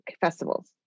festivals